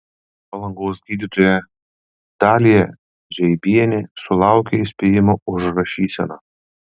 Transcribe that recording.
palangos gydytoja dalija žeibienė sulaukė įspėjimo už rašyseną